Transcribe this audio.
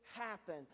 happen